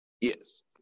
Yes